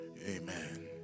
amen